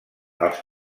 els